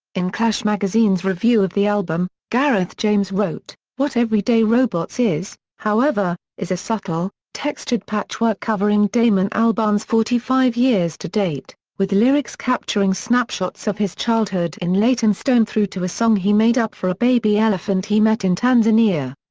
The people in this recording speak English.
in clash magazine's review of the album, gareth james wrote what everyday robots is, however, is a subtle, textured patchwork covering damon albarn's forty five years to date, with lyrics capturing snapshots of his childhood in leytonstone through to a song he made up for a baby elephant he met in tanzania.